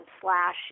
slash